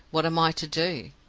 what am i to do?